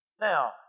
Now